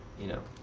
you know.